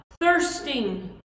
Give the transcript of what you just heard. Thirsting